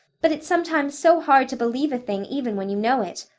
but it's sometimes so hard to believe a thing even when you know it.